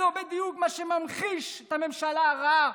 זה בדיוק מה שממחיש את הממשלה הרעה,